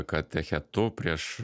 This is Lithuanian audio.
katechetu prieš